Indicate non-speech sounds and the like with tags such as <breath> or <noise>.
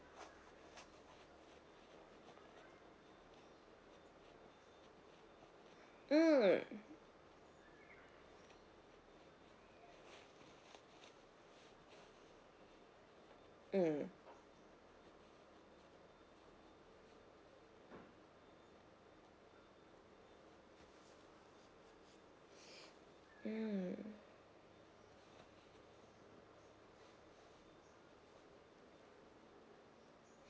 mm mm <breath> mm